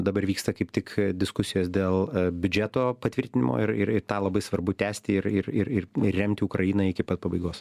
dabar vyksta kaip tik diskusijos dėl biudžeto patvirtinimo ir ir tą labai svarbu tęsti ir ir ir remti ukrainą iki pat pabaigos